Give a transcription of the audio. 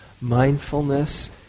mindfulness